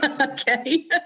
okay